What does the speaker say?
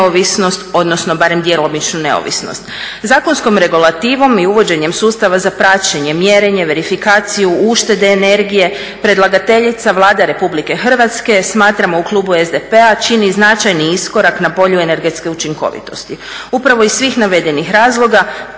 odnosno barem djelomičnu neovisnost. Zakonskom regulativom i uvođenjem sustava za praćenje, mjerenje, verifikaciju, uštede energije, predlagateljica Vlade Republike Hrvatske smatramo u klubu SDP-a čini značajni iskorak na polju energetske učinkovitosti. Upravo iz svih navedenih razloga